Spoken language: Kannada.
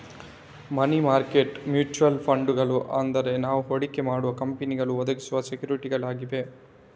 ಮನಿ ಮಾರ್ಕೆಟ್ ಮ್ಯೂಚುಯಲ್ ಫಂಡುಗಳು ಅಂದ್ರೆ ನಾವು ಹೂಡಿಕೆ ಮಾಡುವ ಕಂಪನಿಗಳು ಒದಗಿಸುವ ಸೆಕ್ಯೂರಿಟಿಗಳಾಗಿವೆ